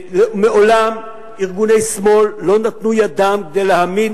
מעולם ארגוני שמאל לא נתנו ידם כדי להעמיד